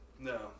No